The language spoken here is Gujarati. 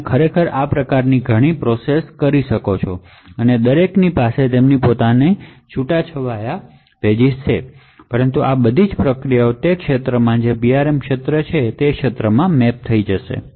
તમે આ પ્રકારની ઘણી પ્રોસેસ કરી શકો છો તે દરેકની પાસે તેમના પોતાના એન્ક્લેવ્સ છે પરંતુ આ બધી પ્રોસેસ તે જ ક્ષેત્રમાં જે તે PRM એરિયાછે તે ક્ષેત્રમાં મેપ થઈ જશે